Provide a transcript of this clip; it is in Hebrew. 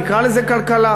נקרא לזה כלכלה.